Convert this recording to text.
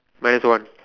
minus one